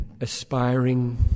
aspiring